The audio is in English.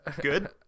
Good